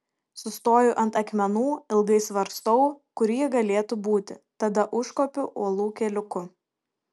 sustoju ant akmenų ilgai svarstau kur ji galėtų būti tada užkopiu uolų keliuku